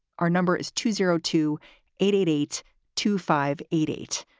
our number is two zero two eight eight eight two five eight eight.